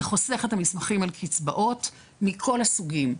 זה חוסך את המסמכים על קצבאות מכל הסוגים,